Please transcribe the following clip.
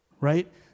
right